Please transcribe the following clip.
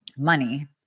money